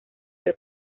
del